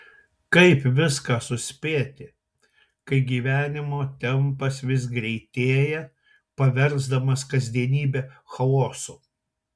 kaip viską suspėti kai gyvenimo tempas vis greitėja paversdamas kasdienybę chaosu